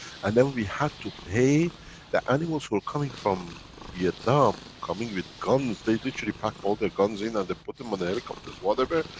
and then we had to pay the animals who are coming from vietnam, coming with guns, they literally packed all their guns in and they put them on the helicopters whatever,